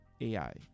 AI